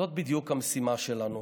זאת בדיוק המשימה שלנו,